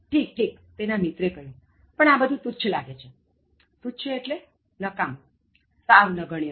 ઠીક ઠીક તેના મિત્રે કહ્યું પણ આ બધુ તુચ્છ લાગે છે તુચ્છ એટલે નકામુંસાવ નગણ્ય